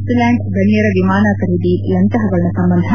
Agusta Westland ಗಣ್ಣರ ವಿಮಾನ್ ಖರೀದಿ ಲಂಚ ಹಗರಣ ಸಂಬಂಧ